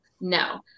no